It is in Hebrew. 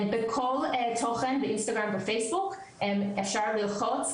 בכל תוכן באינסטגרם ופייסבוק אפשר ללחוץ,